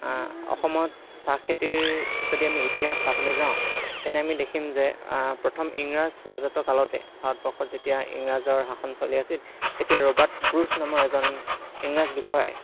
অসমত চাহ খেতিৰ যদি আমি ইতিহাস চাবলৈ যাওঁ তেনে আমি দেখিম যে ইংৰাজ ৰাজত্বকালতে ভাৰতবৰ্ষত যেতিয়া ইংৰাজৰ শাসন চলি আছিল তেতিয়া ৰবাৰ্ট ব্ৰুচ নামৰ এজন ইংৰাজ বিষয়াই